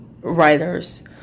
writers